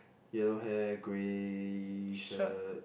yellow hair grey shirt